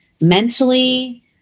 mentally